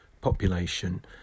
population